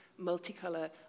multicolour